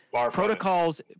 protocols